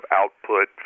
output